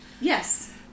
Yes